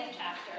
chapter